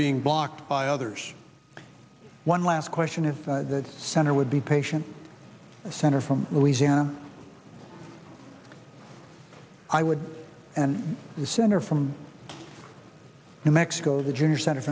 being blocked by others one last question if that center would be patient center from louisiana i would and the senator from new mexico the junior sen